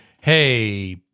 hey